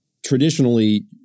Traditionally